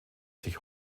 sich